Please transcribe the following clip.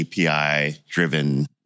API-driven